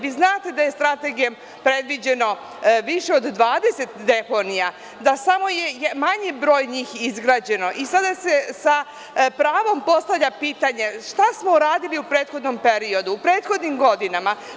Vi znate da je strategijom predviđeno više od 20 deponija, da samo je manji broj njih izgrađeno i sada se sa pravom postavlja pitanje – šta smo uradili u prethodnom periodu, u prethodnim godinama.